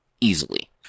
easily